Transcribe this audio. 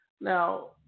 Now